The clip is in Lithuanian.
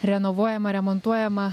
renovuojamą remontuojamą